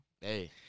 hey